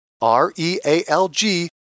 R-E-A-L-G